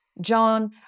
John